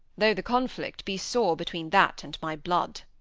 though the conflict be sore between that and my blood.